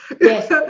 Yes